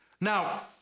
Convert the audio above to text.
Now